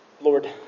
Lord